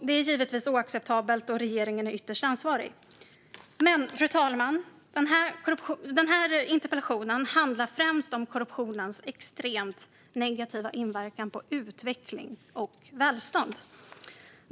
Det är givetvis inte acceptabelt, och regeringen är ytterst ansvarig. Men den här interpellationen handlar främst om korruptionens extremt negativa inverkan på utveckling och välstånd.